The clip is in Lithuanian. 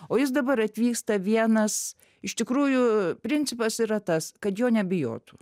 o jis dabar atvyksta vienas iš tikrųjų principas yra tas kad jo nebijotų